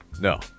No